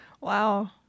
Wow